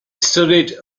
studied